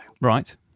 Right